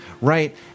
right